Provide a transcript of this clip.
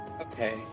Okay